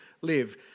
live